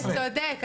אתה צודק,